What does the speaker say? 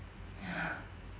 ya